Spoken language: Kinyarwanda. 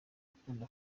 ukunda